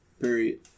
Period